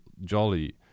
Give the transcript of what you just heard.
jolly